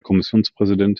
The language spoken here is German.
kommissionspräsident